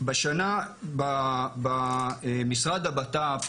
במשרד הבט"פ,